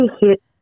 hit